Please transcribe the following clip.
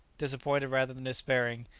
disappointed rather than despairing,